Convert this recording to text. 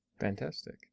Fantastic